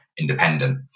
independent